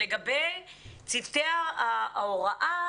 לגבי צוותי ההוראה,